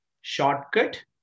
shortcut